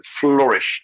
flourished